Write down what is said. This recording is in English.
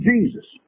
Jesus